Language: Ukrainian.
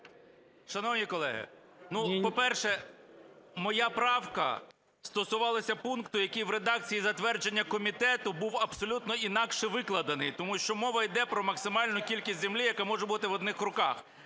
Шановні колеги, ну, по-перше, моя правка стосувалась пункту, який в редакції затвердження комітету був абсолютно інакше викладений. Тому що мова йде про максимальну кількість землі, яка може бути в одних руках.